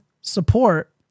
support